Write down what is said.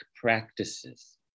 practices